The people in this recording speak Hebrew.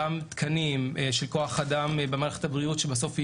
גם תקנים של כוח אדם במערכת הבריאות שבסוף יהיו,